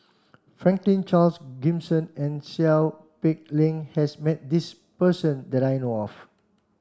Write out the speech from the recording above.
Franklin Charles Gimson and Seow Peck Leng has met this person that I know of